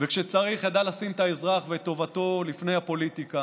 וכשצריך ידע לשים את האזרח ואת טובתו לפני הפוליטיקה,